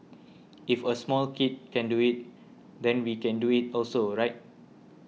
if a small kid can do it then we can do it also right